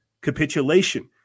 Capitulation